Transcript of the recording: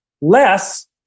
less